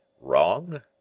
WRONG